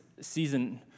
season